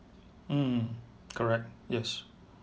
mm correct yes